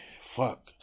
fuck